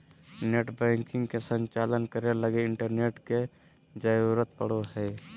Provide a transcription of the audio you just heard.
net banking के संचालन करे लगी इंटरनेट के जरुरत पड़ो हइ